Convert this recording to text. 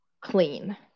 clean